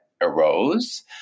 arose